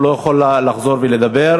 הוא לא יוכל לחזור ולדבר,